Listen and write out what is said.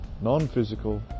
Non-physical